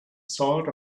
salt